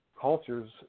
cultures